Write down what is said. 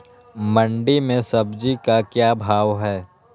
मंडी में सब्जी का क्या भाव हैँ?